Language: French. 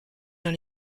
dans